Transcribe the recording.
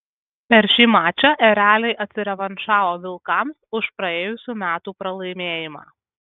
per šį mačą ereliai atsirevanšavo vilkams už praėjusių metų pralaimėjimą